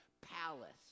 palace